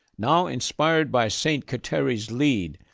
now, inspired by st. kateri's lead,